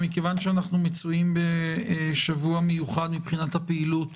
שמכיוון שאנחנו מצויים בשבוע מיוחד מבחינת הפעילות